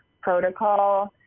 protocol